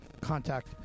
contact